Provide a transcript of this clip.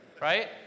right